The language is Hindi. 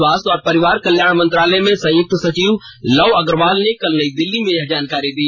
स्वास्थ्य और परिवार कल्याण मंत्रालय में संयुक्त सचिव लव अग्रवाल ने कल नई दिल्ली में यह जानकारी दी